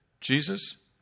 Jesus